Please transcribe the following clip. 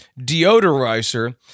deodorizer